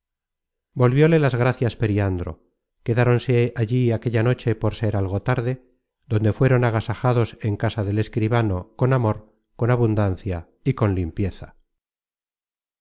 recojan volvióle las gracias periandro quedáronse allí aquella noche por ser algo tarde donde fueroni agasajados en casa del escribano con amor con abundancia y con limpieza